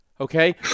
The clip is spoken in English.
okay